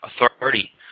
authority